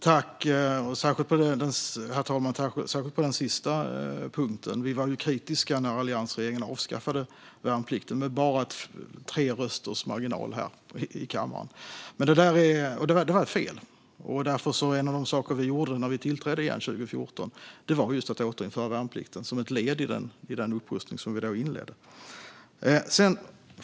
Herr talman! Jag tackar särskilt för den sista punkten. Vi var ju kritiska när alliansregeringen avskaffade värnplikten med bara tre rösters marginal här i kammaren. Det var fel. Därför var en av de saker som vi gjorde när vi tillträdde igen 2014 att just återinföra värnplikten, som ett led i den upprustning som vi då inledde.